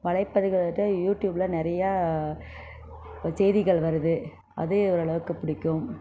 வலைப்பதிவுகள் எடுத்துக்கிட்டால் யூட்யூப்பில் நிறையா வ செய்திகள் வருது அதையே ஓரளவுக்கு பிடிக்கும்